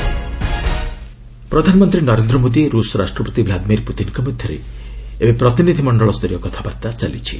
Putin India ପ୍ରଧାନମନ୍ତ୍ରୀ ନରେନ୍ଦ୍ର ମୋଦି ରୁଷ୍ ରାଷ୍ଟ୍ରପତି ଭ୍ଲାଦିମିର୍ ପୁତିନ୍ଙ୍କ ମଧ୍ୟରେ ଏବେ ପ୍ରତିନିଧି ମଣ୍ଡଳସ୍ତରୀୟ କଥାବାର୍ତ୍ତା ଚାଲିଛି